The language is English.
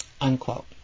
unquote